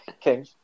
King